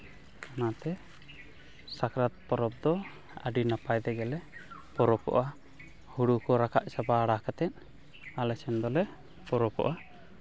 ᱚᱱᱟᱛᱮ ᱥᱟᱠᱨᱟᱛ ᱯᱚᱨᱚᱵᱽ ᱫᱚ ᱟᱹᱰᱤ ᱱᱟᱯᱟᱭ ᱛᱮᱜᱮ ᱞᱮ ᱯᱚᱨᱚᱵᱚᱜᱼᱟ ᱦᱳᱲᱳ ᱠᱚ ᱨᱟᱠᱟᱵ ᱪᱟᱸᱵᱟ ᱵᱟᱲᱟ ᱠᱟᱛᱮ ᱟᱞᱮ ᱥᱮᱱ ᱫᱚᱞᱮ ᱯᱚᱨᱚᱵᱚᱜᱼᱟ